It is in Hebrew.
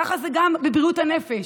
ככה זה גם בבריאות הנפש,